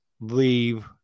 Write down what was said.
leave